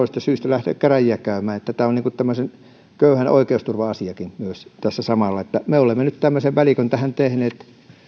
syistä käräjiä käymään että tämä on tämmöisen köyhän oikeusturva asiakin myös tässä samalla me olemme nyt tämmöisen välikön tähän tehneet